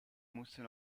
moesten